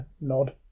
nod